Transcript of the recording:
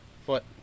foot